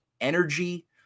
energy